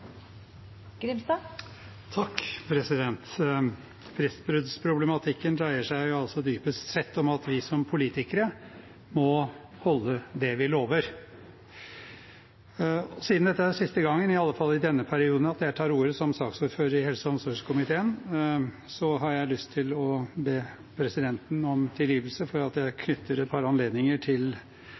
siste gang, i alle fall i denne perioden, at jeg tar ordet som saksordfører i helse- og omsorgskomiteen, har jeg lyst til å be presidenten om tilgivelse for at jeg knytter et par anledninger til